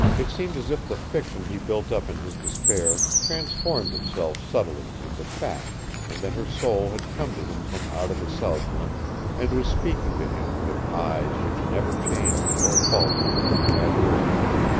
it seemed as if the fiction he built up in his despair transformed itself subtly into fact and that her soul had come to him from out of the southland and was speaking to him with eyes which never changed or faltered in their adoration,